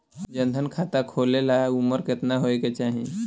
जन धन खाता खोले ला उमर केतना होए के चाही?